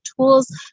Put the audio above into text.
tools